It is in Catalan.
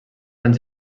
anys